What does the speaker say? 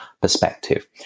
perspective